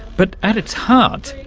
but at its heart,